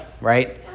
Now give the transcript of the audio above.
right